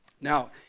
Now